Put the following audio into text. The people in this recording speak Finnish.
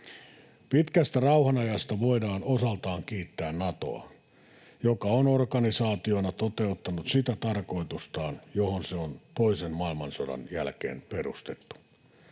Pitkästä rauhanajasta voidaan osaltaan kiittää Natoa, joka on organisaationa toteuttanut sitä tarkoitustaan, johon se on toisen maailmansodan jälkeen perustettu.